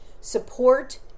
support